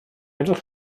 edrych